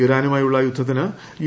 ഇറാനുമായുള്ള യുദ്ധത്തിന് യു